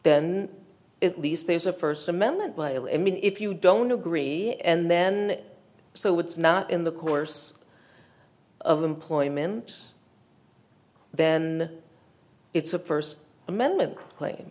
then it least there's a first amendment but i mean if you don't agree and then so it's not in the course of employment then it's a first amendment cla